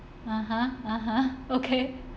(uh huh) (uh huh) okay